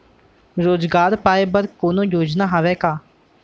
रोजगार पाए बर कोनो योजना हवय का?